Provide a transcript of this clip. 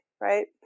Right